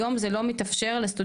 היום זה לא אפשרי לסטודנטים,